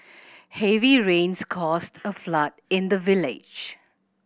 heavy rains caused a flood in the village